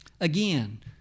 Again